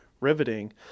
riveting